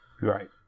Right